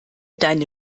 deine